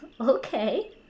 Okay